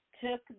took